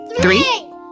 Three